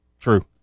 True